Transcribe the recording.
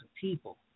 people